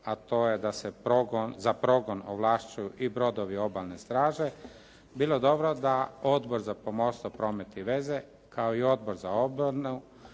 a to je da se za progon ovlašćuju i brodovi Obalne straže bilo dobro da Odbor za pomorstvo, promet i veze kao i Odbor za obranu